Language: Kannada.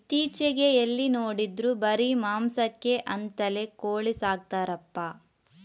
ಇತ್ತೀಚೆಗೆ ಎಲ್ಲಿ ನೋಡಿದ್ರೂ ಬರೀ ಮಾಂಸಕ್ಕೆ ಅಂತಲೇ ಕೋಳಿ ಸಾಕ್ತರಪ್ಪ